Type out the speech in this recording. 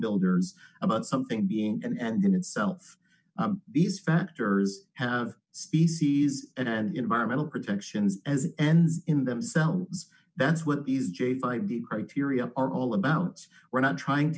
builders about something being and in itself these factors have species and environmental protections as ends in themselves that's what is jay bybee criteria are all about we're not trying to